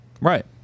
Right